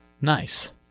Nice